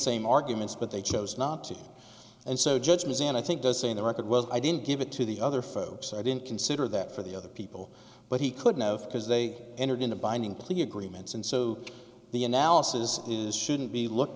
same arguments but they chose not to and so judge was and i think does say the record well i didn't give it to the other folks i didn't consider that for the other people but he couldn't have because they entered into binding plea agreements and so the analysis is shouldn't be looked